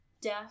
death